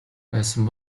байсан